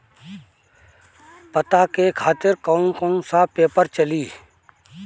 पता के खातिर कौन कौन सा पेपर चली?